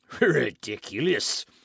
ridiculous